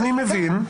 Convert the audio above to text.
אני מבין,